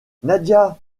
nadia